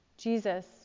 Jesus